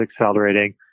accelerating